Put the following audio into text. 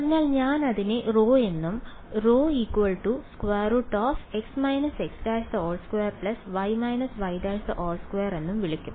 അതിനാൽ ഞാൻ അതിനെ ρ എന്നും എന്നും വിളിക്കും